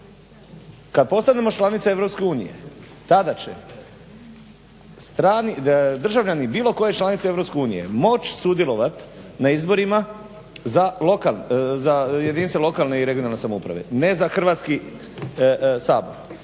Kad postanemo članica Europske unije tada će državljani bilo koje članice Europske unije moći sudjelovat na izborima za jedinice lokalne i regionalne samouprave, ne za Hrvatski sabor,